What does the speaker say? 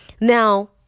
Now